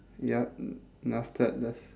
ya mm after that there's